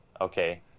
okay